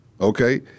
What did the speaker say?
okay